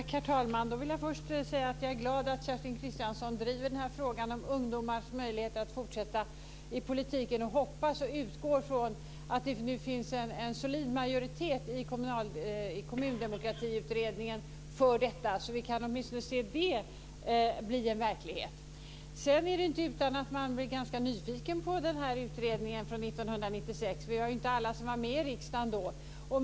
Herr talman! Jag vill först säga att jag är glad över att Kerstin Kristiansson Karlstedt driver frågan om ungdomars möjligheter att fortsätta i politiken. Jag hoppas och utgår från att det nu finns en solid majoritet i Kommundemokratiutredningen härför, så att åtminstone detta kan bli en verklighet. Det är vidare inte utan att man blir ganska nyfiken på utredningen från 1996. Inte alla av oss var med i riksdagen då.